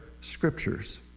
Scriptures